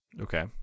okay